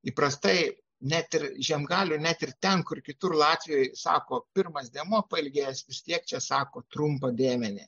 įprastai net ir žiemgalių net ir ten kur kitur latvijoje sako pirmas diemuo pailgėjęs vis tiek čia sako trumpą dėmenį